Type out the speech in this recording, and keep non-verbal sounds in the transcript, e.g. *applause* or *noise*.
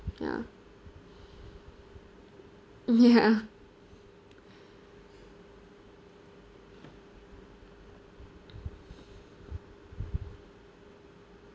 ya *laughs* ya